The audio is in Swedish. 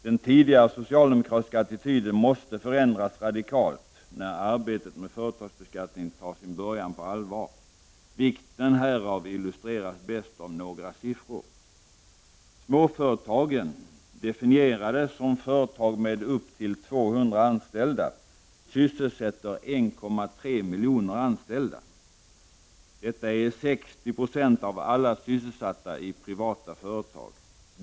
Den tidigare socialdemokratiska attityden måste förändras radikalt när arbetet med företagsbeskattningen tar sin början på allvar. Vikten härav illustreras bäst av några siffror. Småföretagen, definierade som företag med upp till 200 anställda, sysselsätter 1,3 miljoner anställda. Detta är 60 96 av alla sysselsatta i privata företag.